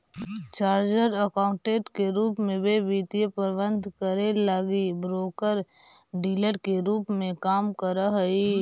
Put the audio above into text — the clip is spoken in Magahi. चार्टर्ड अकाउंटेंट के रूप में वे वित्तीय प्रबंधन करे लगी ब्रोकर डीलर के रूप में काम करऽ हई